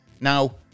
now